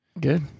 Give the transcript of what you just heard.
Good